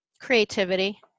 Creativity